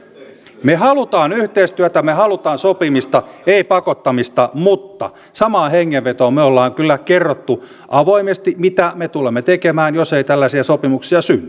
me haluamme yhteistyötä me haluamme sopimista ei pakottamista mutta samaan hengenvetoon me olemme kyllä kertoneet avoimesti mitä me tulemme tekemään jos ei tällaisia sopimuksia synny